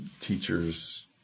teacher's